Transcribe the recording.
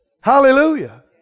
Hallelujah